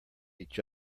each